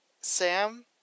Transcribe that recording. Sam